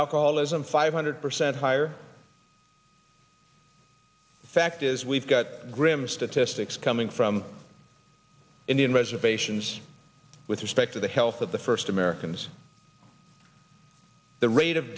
alcoholism five hundred percent higher fact is we've got grim statistics coming from indian reservations with respect to the health of the first americans the rate of